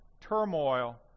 turmoil